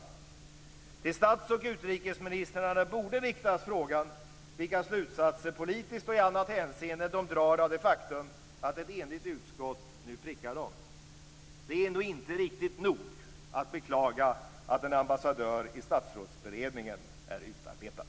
Till stats och utrikesministrarna borde riktas frågan vilka slutsatser politiskt och i annat hänseende de drar av det faktum att ett enigt utskott nu prickar dem. Det är ändå inte riktigt nog att beklaga att en ambassadör i Statsrådsberedningen är utarbetad.